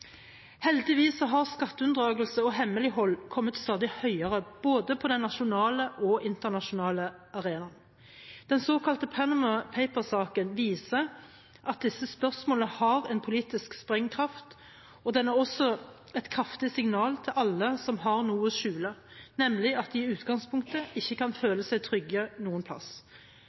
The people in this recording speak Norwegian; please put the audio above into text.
Heldigvis har skatteunndragelse og hemmelighold kommet stadig høyere både på den nasjonale og internasjonale arena. Den såkalte Panama Papers-saken viser at disse spørsmålene har en politisk sprengkraft, og den er også et kraftig signal til alle som har noe å skjule – nemlig at de i utgangspunktet ikke kan føle seg trygge noen plass.